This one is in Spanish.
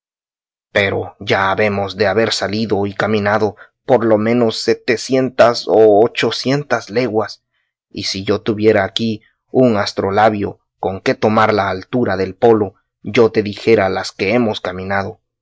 pero ya habemos de haber salido y caminado por lo menos setecientas o ochocientas leguas y si yo tuviera aquí un astrolabio con que tomar la altura del polo yo te dijera las que hemos caminado